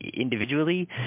individually